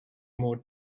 more